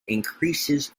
increases